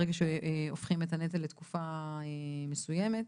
ברגע שהופכים את הנטל לתקופה מסוימת.